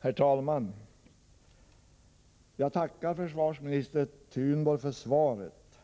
Herr talman! Jag tackar försvarsminister Thunborg för svaret.